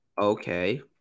Okay